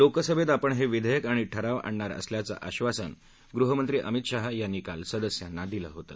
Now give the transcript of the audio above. लोकसभेत आपण हे विधेयक आणि ठराव आणणार असल्याचं आशासन गृहमंत्री अमित शहा यांनी काल सदस्यांना दिलं होतं